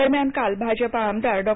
दरम्यान काल भाजपा आमदार डॉ